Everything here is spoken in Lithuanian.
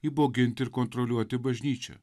įbauginti ir kontroliuoti bažnyčią